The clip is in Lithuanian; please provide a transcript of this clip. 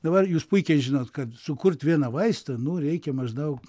dabar jūs puikiai žinot kad sukurt vieną vaistą nuo reikia maždaug